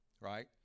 right